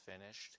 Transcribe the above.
finished